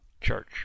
church